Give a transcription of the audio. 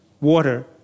water